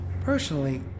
Personally